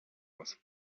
was